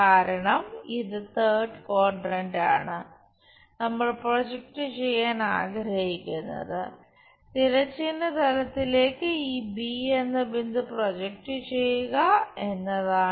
കാരണം ഇത് തേർഡ് ക്വാഡ്രാന്റാണ് നമ്മൾ പ്രൊജക്റ്റ് ചെയ്യാൻ ആഗ്രഹിക്കുന്നത് തിരശ്ചീന തലത്തിലേക്ക് ഈ ബി എന്ന ബിന്ദു പ്രൊജക്റ്റ് ചെയ്യുക എന്നതാണ്